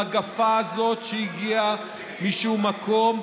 המגפה הזאת שהגיעה משום מקום,